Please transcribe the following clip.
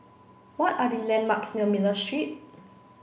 what are the landmarks near Miller Street